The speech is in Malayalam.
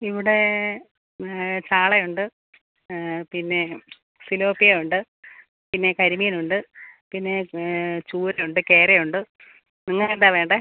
ഇവിടെ ചാളയുണ്ട് പിന്നെ ഫിലോഫിയ ഉണ്ട് പിന്നെ കരിമീനുണ്ട് പിന്നെ ചൂര ഉണ്ട് കേരയുണ്ട് നിങ്ങൾക്കെന്താണ് വേണ്ടത്